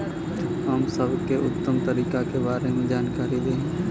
हम सबके उत्तम तरीका के बारे में जानकारी देही?